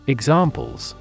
Examples